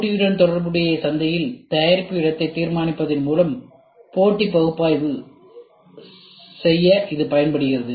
போட்டியுடன் தொடர்புடைய சந்தையில் தயாரிப்பு இடத்தை தீர்மானிப்பதன் மூலம் போட்டி பகுப்பாய்வு செய்ய இது பயன்படுகிறது